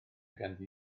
ganddi